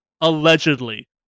allegedly